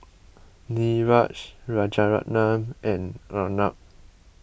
Niraj Rajaratnam and Arnab